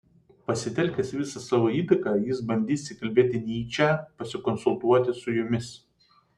pasitelkęs visą savo įtaką jis bandys įkalbėti nyčę pasikonsultuoti su jumis